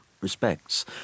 respects